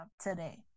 today